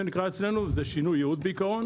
זה נקרא אצלנו שינוי ייעוד בעיקרון